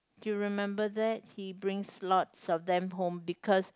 you remember that he brings lots of them home because